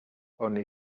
only